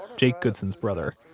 jake goodson's brother.